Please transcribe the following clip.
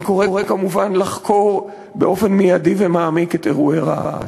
אני קורא כמובן לחקור באופן מיידי ומעמיק את אירועי רהט.